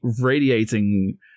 radiating